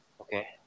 okay